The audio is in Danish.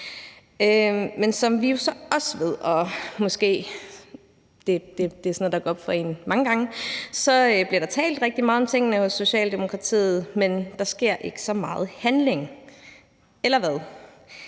en mange gange – bliver der talt rigtig meget om tingene hos Socialdemokratiet, men der er ikke så meget handling, eller hvad?